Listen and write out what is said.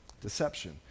deception